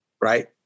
Right